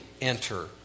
enter